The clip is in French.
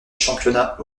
championnats